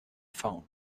phone